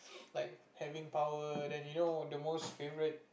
like having power then you know the most favourite